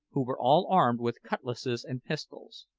who were all armed with cutlasses and pistols.